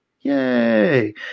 Yay